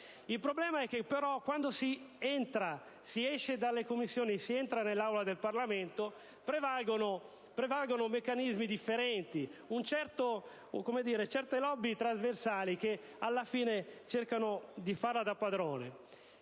Il problema è che però, quando si esce dalle Commissioni e si entra in Aula, prevalgono meccanismi differenti, certe *lobbies* trasversali che alla fine cercano di farla da padrone.